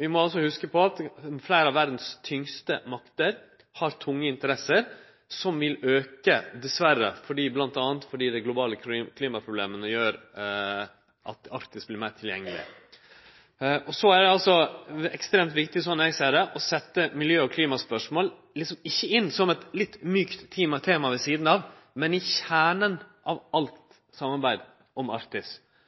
Vi må hugse på at fleire av verdas tyngste makter har tunge interesser som vil auke, dessverre, fordi bl.a. dei globale klimaproblema gjer at Arktis vert meir tilgjengeleg. Og så er det ekstremt viktig, slik eg ser det, at miljø- og klimaspørsmål ikkje vert sett inn som eit litt mjukt tema ved sidan av, men i kjernen av alt samarbeid om Arktis.